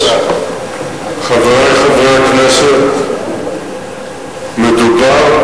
אבל גם לוועדות הכנסת אנחנו רואים שהשר מקפיד לא להגיע.